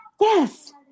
Yes